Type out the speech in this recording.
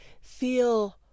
feel